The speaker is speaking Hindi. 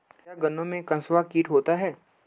क्या गन्नों में कंसुआ कीट होता है?